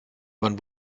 wann